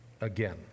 again